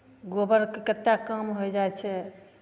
गोबरके कतेक काम हो जाइ छै